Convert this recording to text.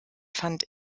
fand